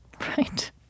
right